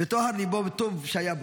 בטוהר ליבו ובטוב שהיה בו.